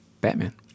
batman